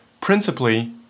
principally